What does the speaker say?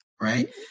right